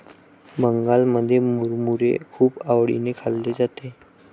बंगालमध्ये मुरमुरे खूप आवडीने खाल्ले जाते